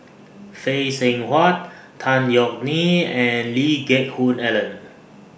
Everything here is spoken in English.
Phay Seng Whatt Tan Yeok Nee and Lee Geck Hoon Ellen